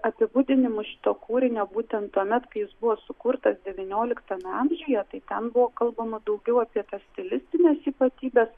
apibūdinimus šito kūrinio būtent tuomet kai jis buvo sukurtas devynioliktame amžiuje tai ten buvo kalbama daugiau apie tas stilistines ypatybes